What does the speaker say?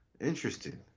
Interesting